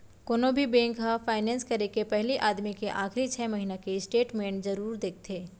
कोनो भी बेंक ह फायनेंस करे के पहिली आदमी के आखरी छै महिना के स्टेट मेंट जरूर देखथे